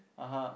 (uh huh)